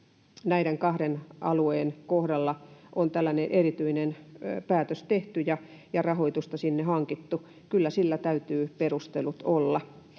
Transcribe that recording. näiden kahden alueen kohdalla on tällainen erityinen päätös tehty ja rahoitusta sinne hankittu. Kyllä sillä täytyy perustelut olla,